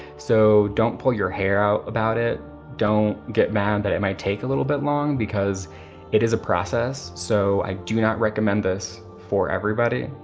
so don't pull your hair out about it. don't get mad that it might take a little bit long because it is a process. so i do not recommend this for everybody,